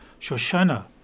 Shoshana